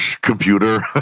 computer